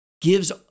gives